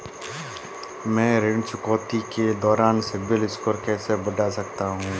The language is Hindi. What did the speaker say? मैं ऋण चुकौती के दौरान सिबिल स्कोर कैसे बढ़ा सकता हूं?